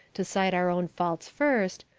to cite our own faults first,